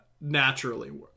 naturally